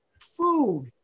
food